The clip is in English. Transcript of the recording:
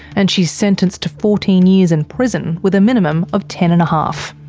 and she's sentenced to fourteen years in prison, with a minimum of ten and a half.